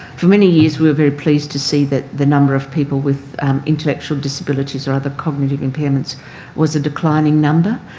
for many years we were very pleased to see that the number of people with intellectual disabilities or other cognitive impairments was a declining number,